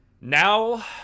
Now